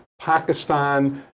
pakistan